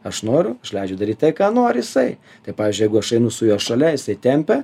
aš noriu leidžiu daryt tai ką nori jisai tai pavyzdžiui jeigu aš einu su juo šalia jisai tempia